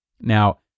Now